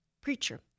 preacher